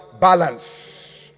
balance